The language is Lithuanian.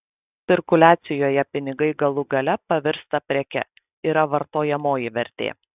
cirkuliacijoje pinigai galų gale pavirsta preke yra vartojamoji vertė